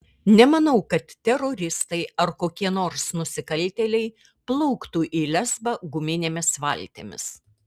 nemanau kad teroristai ar kokie nors nusikaltėliai plauktų į lesbą guminėmis valtimis